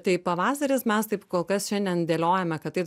tai pavasaris mes taip kol kas šiandien dėliojame kad tai